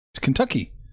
Kentucky